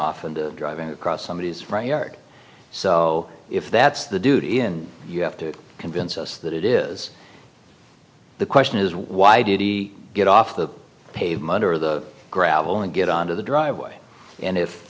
off and driving across somebodies right yard so if that's the dude in you have to convince us that it is the question is why did he get off the pavement or the gravel and get on to the driveway and if